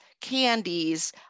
candies